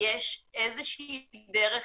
יש איזה שהיא דרך